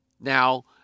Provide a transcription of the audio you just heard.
now